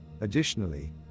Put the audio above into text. Additionally